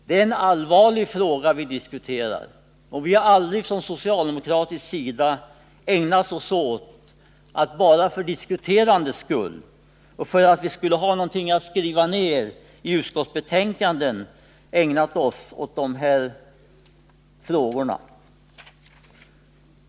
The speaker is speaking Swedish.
Det är en allvarlig fråga vi diskuterar, och vi har aldrig från socialdemokratisk sida ägnat oss åt dessa frågor bara för diskuterandets skull och för att ha någonting att skriva ner i utskottsbetänkanden.